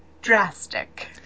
Drastic